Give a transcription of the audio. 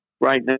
right